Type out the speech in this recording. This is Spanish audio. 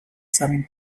saben